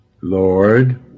Lord